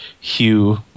Hugh